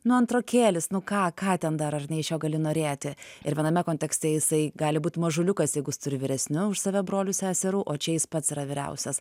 nu antrokėlis nu ką ką ten dar ar ne iš jo gali norėti ir viename kontekste jisai gali būt mažuliukas jeigu jis turi vyresnių už save brolių seserų o čia jis pats yra vyriausias